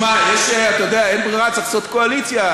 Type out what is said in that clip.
שמע, אתה יודע, אין ברירה, צריך לעשות קואליציה.